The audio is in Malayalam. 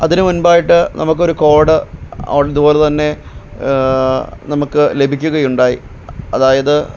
അതിന് മുൻപായിട്ട് നമുക്ക് ഒരു കോഡ് ഒണ് ഇത് പോലെ തന്നെ നമുക്ക് ലഭിക്കുകയുണ്ടായി അതായത്